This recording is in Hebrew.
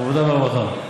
העבודה והרווחה.